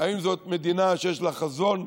האם זאת מדינה שיש לה חזון,